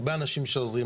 הרבה אנשים שעוזרים.